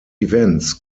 events